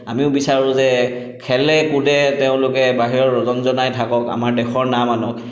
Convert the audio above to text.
আমিও বিচাৰোঁ যে খেলে কুদে তেওঁলোকে বাহিৰত ৰজনজনাই থাকক আমাৰ দেশৰ নাম আনক